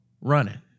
running